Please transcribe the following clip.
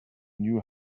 knew